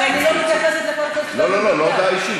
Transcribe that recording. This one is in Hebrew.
אבל אני לא מתייחסת, לא, לא, לא הודעה אישית.